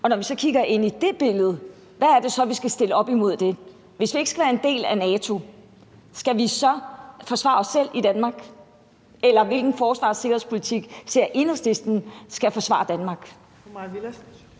Og når vi så kigger ind i det billede, hvad er det så, vi skal stille op imod det? Hvis vi ikke skal være en del af NATO, skal vi så forsvare os selv i Danmark, eller hvilken forsvars- og sikkerhedspolitik ser Enhedslisten skal forsvare Danmark?